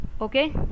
Okay